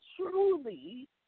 truly